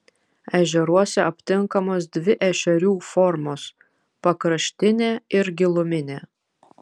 ežeruose aptinkamos dvi ešerių formos pakraštinė ir giluminė